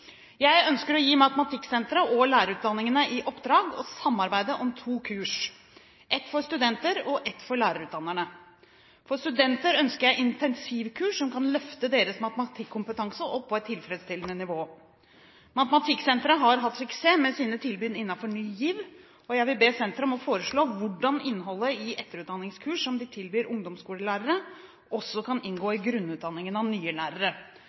Jeg ønsker å gi Matematikksenteret og lærerutdanningene i oppdrag å samarbeide om to kurs – ett for studenter og ett for lærerutdannerne. For studenter ønsker jeg intensivkurs som kan løfte deres matematikkompetanse opp på et tilfredsstillende nivå. Matematikksenteret har hatt suksess med sine tilbud innenfor Ny GIV, og jeg vil be senteret om å foreslå hvordan innholdet i etterutdanningskurs, som de tilbyr ungdomsskolelærere, også kan inngå i grunnutdanningen av nye lærere.